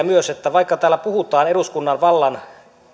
myös että vaikka täällä puhutaan eduskunnan vallan